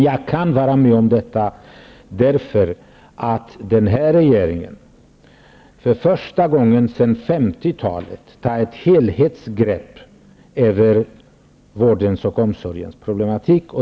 Jag kan gå med på detta, eftersom den här regeringen för första gången sedan 50-talet tar ett helhetsgrepp över vårdens och omsorgens problem.